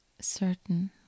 certain